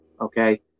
okay